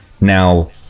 Now